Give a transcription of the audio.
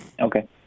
Okay